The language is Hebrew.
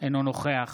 אינו נוכח